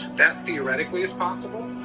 that theatrically is possible.